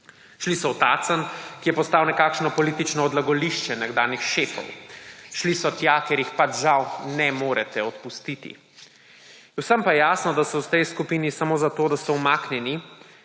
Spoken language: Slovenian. Šli so v Tacen, ki je postal nekakšno politično odlagališče nekdanjih šefov. Šli so tja, kjer jih pač žal ne morete odpustiti. Vsem pa je jasno, da so v tej skupini samo zato, da so umaknjeni,